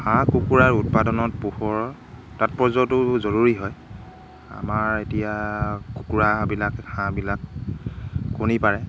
হাঁহ কুকুৰাৰ উৎপাদনত পোহৰৰ তৎপৰ্য্য়তো জৰুৰী হয় আমাৰ এতিয়া কুকুৰাবিলাক হাঁহবিলাক কণী পাৰে